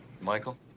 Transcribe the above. Michael